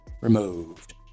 removed